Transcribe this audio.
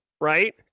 right